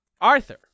Arthur